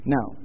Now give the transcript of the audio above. Now